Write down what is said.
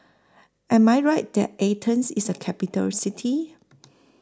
Am I Right that Athens IS A Capital City